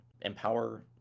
empower